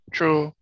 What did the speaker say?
True